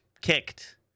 kicked